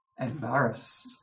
embarrassed